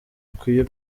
akwiye